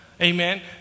Amen